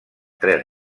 tres